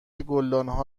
گلدانها